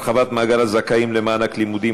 (הרחבת מעגל הזכאים למענק לימודים),